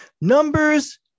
Numbers